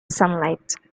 sunlight